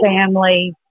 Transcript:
family